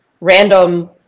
random